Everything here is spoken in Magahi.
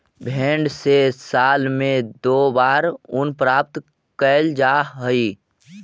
भेंड से साल में दो बार ऊन प्राप्त कैल जा हइ